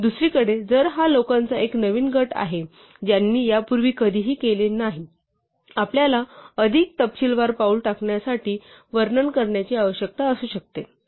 दुसरीकडे जर हा लोकांचा एक नवीन गट आहे ज्यांनी यापूर्वी कधीही केले नाही आपल्याला अधिक तपशीलवार पाऊल टाकण्यासाठी वर्णन करण्याची आवश्यकता असू शकते